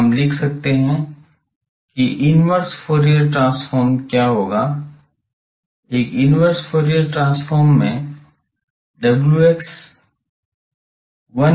तो हम लिख सकते हैं कि इनवर्स फूरियर ट्रांसफॉर्म क्या होगा एक इनवर्स फूरियर ट्रांसफॉर्म में w 1 by 2 pi होगा